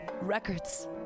records